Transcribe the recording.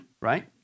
right